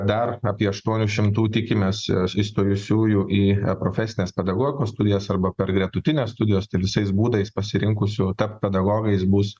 dar apie aštuonių šimtų tikimės įstojusiųjų į profesines pedagogikos studijas arba per gretutines studijas visais būdais pasirinkusių tapti pedagogais bus